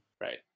right